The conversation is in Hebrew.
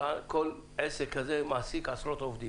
כל עסק כזה מעסיק עשרות עובדים,